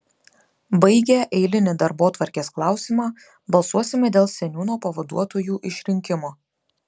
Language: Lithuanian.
baigę eilinį darbotvarkės klausimą balsuosime dėl seniūno pavaduotojų išrinkimo